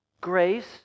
Grace